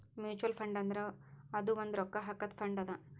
mutual fund ಅಂದುರ್ ಅದು ಒಂದ್ ರೊಕ್ಕಾ ಹಾಕಾದು ಫಂಡ್ ಅದಾ